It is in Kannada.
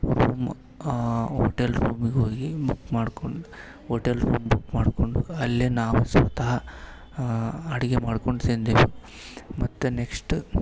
ರೂಮ್ ಒಟೆಲ್ ರೂಮಿಗೆ ಹೋಗಿ ಬುಕ್ ಮಾಡ್ಕೊಂಡು ಹೋಟೆಲ್ ರೂಮ್ ಬುಕ್ ಮಾಡ್ಕೊಂಡು ಅಲ್ಲೇ ನಾವು ಸ್ವತಃ ಅಡಿಗೆ ಮಾಡ್ಕೊಂಡು ತಿಂದೆವು ಮತ್ತು ನೆಕ್ಷ್ಟ್